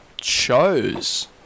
Chose